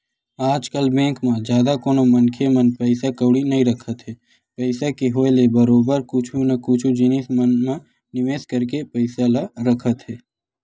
आजकल बेंक म जादा कोनो मनखे मन पइसा कउड़ी नइ रखत हे पइसा के होय ले बरोबर कुछु न कुछु जिनिस मन म निवेस करके पइसा ल रखत हे